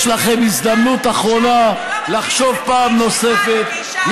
יש לכם הזדמנות אחרונה לחשוב פעם נוספת,